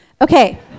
Okay